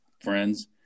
friends